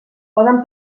poden